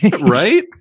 right